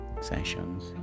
sessions